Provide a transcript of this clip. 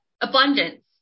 abundance